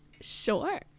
Sure